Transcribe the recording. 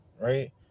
right